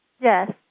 Yes